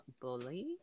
Bully